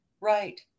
right